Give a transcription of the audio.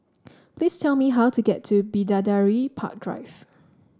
please tell me how to get to Bidadari Park Drive